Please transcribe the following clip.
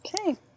Okay